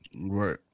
Right